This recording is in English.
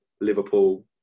Liverpool